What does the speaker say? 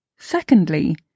Secondly